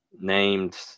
named